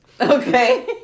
Okay